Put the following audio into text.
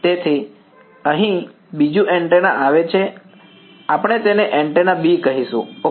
તેથી અહીં બીજું એન્ટેના આવે છે આપણે તેને એન્ટેના B કહીશું ઓકે